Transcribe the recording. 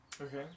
Okay